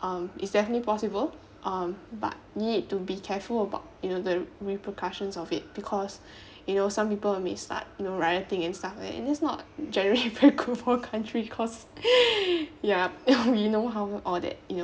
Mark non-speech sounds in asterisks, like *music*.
um it's definitely possible um but you need to be careful about you know the repercussions of it because you know some people may start you know rioting and stuff like that and it's not generally *laughs* very good for country cause ya we know how all that